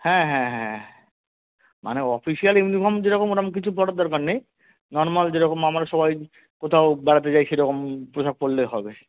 হ্যাঁ হ্যাঁ হ্যাঁ হ্যাঁ মানে অফিসিয়াল ইউনিফর্ম যেরকম ওরকম কিছু পরার দরকার নেই নর্মাল যেরকম আমরা সবাই কোথাও বেড়াতে যাই সেরকম পোশাক পরলে হবে